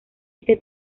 este